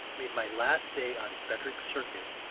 made my last day on frederick circuit,